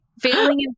failing